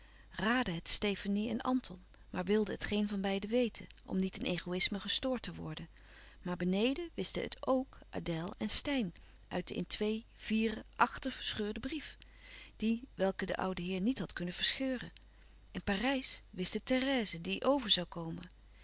raadden het stefanie en anton maar wilden het geen louis couperus van oude menschen de dingen die voorbij gaan van beiden weten om niet in egoïsme gestoord te worden maar beneden wisten het k adèle en steyn uit de in twee vieren achten verscheurden brief dien welken de oude heer niet had kunnen verscheuren in parijs wist het therèse die over zoû komen